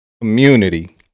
community